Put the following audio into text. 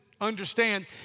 understand